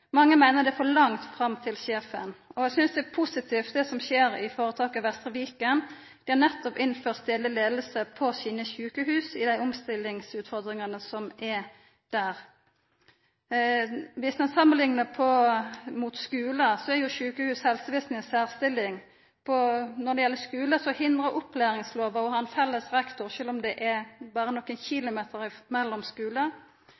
Mange meiner det er for langt fram til sjefen. Eg synest det er positivt det som skjer i føretaket Vestre Viken. Dei har nettopp innført stadleg leiing på sjukehusa sine i dei omstillingsutfordringane som er der. Dersom ein samanliknar med skular, er sjukehus/helsevesen i ei særstilling. Når det gjeld skular, hindrar opplæringslova at ein har ein felles rektor, sjølv om det berre er